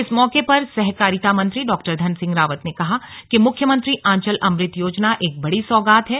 इस मौके पर सहकारिता मंत्री डा धन सिंह रावत ने कहा कि मुख्यमंत्री आंचल अमृत योजना एक बड़ी सौगात है